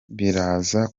biraza